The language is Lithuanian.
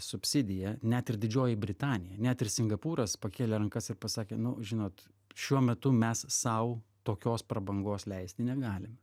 subsidiją net ir didžioji britanija net ir singapūras pakėlė rankas ir pasakė nu žinot šiuo metu mes sau tokios prabangos leisti negalim